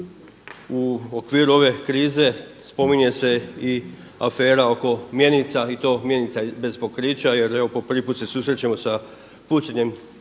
U okviru ove krize spominje se i afera oko mjenica i to mjenica bez pokrića, jer evo po prvi put se susrećemo sa pucanjem